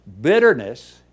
Bitterness